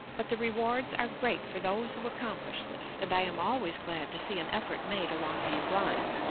but the rewards are great for those who accomplish this, and i am always glad to see an effort made along these lines,